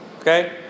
Okay